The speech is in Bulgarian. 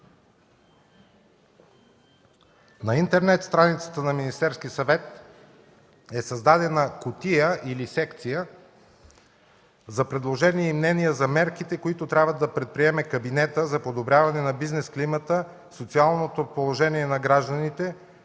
На интернет страницата на Министерския съвет е създадена кутия или секция за предложения и мнения за мерките, които трябва да предприеме кабинетът за подобряване на бизнес климата, социалното положение на гражданите,